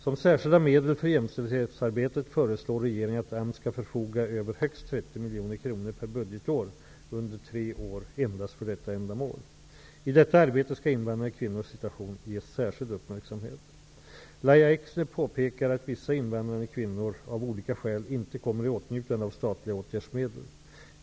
Som särskilda medel för jämnställdhetsarbetet föreslår regeringen att AMS skall förfoga över högst 30 miljoner kronor per budgetår under tre år endast för detta ändamål. I detta arbete skall invandrade kvinnors situation ges särskild uppmärksamhet. Lahja Exner påpekar att vissa invandrade kvinnor av olika skäl inte kommer i åtnjutande av statliga åtgärdsmedel.